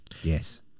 yes